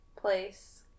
Place